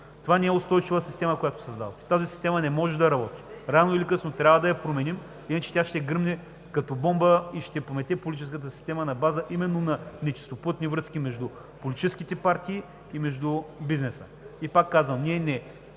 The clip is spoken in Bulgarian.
Това не е устойчива система, която създавате. Тази система не може да работи. Рано или късно трябва да я променим, защото тя ще гръмне като бомба и ще помете политическата система именно на базата на нечистоплътни връзки между политическите партии и между бизнеса. Пак казвам, ние не